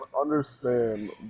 understand